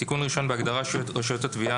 תיקון ראשון בהגדרה של רשויות התביעה,